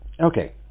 Okay